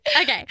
Okay